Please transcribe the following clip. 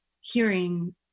hearing